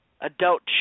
adult